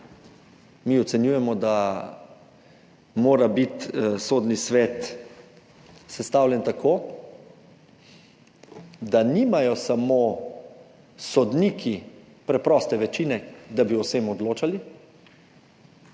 Mi ocenjujemo, da mora biti Sodni svet sestavljen tako, da nimajo samo sodniki preproste večine, da bi o vsem odločali.